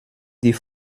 die